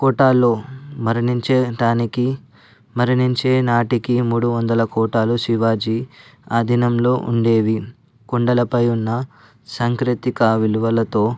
కోటలో మరణించటానికి మరణించే నాటికి మూడు వందలు కోటలో శివాజీ ఆధీనంలో ఉండేవి కొండలపై ఉన్న సాంకేతిక విలువలతో